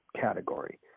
category